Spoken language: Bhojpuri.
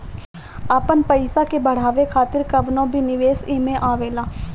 आपन पईसा के बढ़ावे खातिर कवनो भी निवेश एमे आवेला